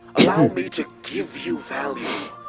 allow me to give you value.